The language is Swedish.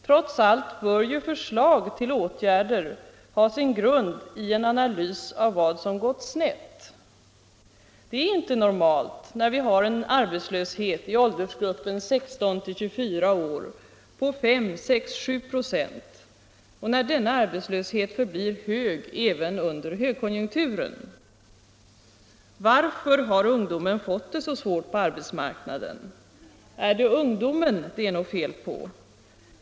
Trots allt bör ju förslag till åtgärder ha sin grund i en analys av vad som gått snett. Det är inte normalt att vi har en arbetslöshet i åldersgruppen 16-24 år på 5, 6, 7 96 och att denna arbetslöshet förblir hög även under högkonjunkturen. Varför har ungdomen fått det så svårt på arbetsmarknaden? Är det ungdomen det är något fel på?